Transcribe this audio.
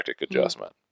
adjustment